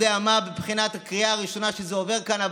לכך שאני לא יודע מה מבחינת הקריאה הראשונה כשזה עובר כאן,